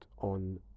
on